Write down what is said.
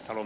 alun